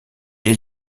est